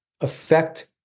affect